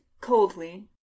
coldly